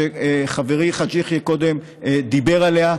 שחברי חאג' יחיא קודם דיבר עליה,